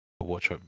watch